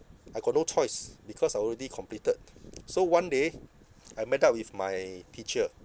I got no choice because I already completed so one day I met up with my teacher